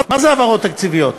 מה זה העברות תקציביות?